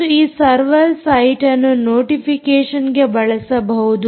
ಮತ್ತು ಈ ಸರ್ವರ್ ಸೈಟ್ಅನ್ನು ನೋಟಿಫಿಕೇಷನ್ಗೆ ಬಳಸಬಹುದು